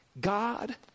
God